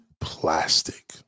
plastic